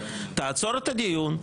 תעצור את הדיון,